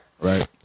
right